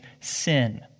sin